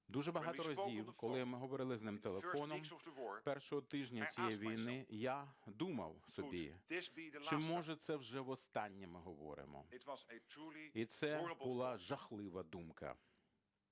Дуже багато разів, коли ми говорили з ним телефоном першого тижня цієї війни, я думав собі, чи може це вже в останнє ми говоримо. І це була жахлива думка.